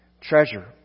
treasure